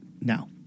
now